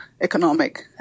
economic